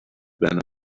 venom